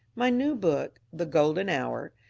my new book, the golden hour,